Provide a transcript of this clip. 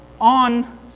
on